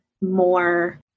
more